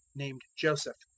named joseph,